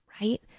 right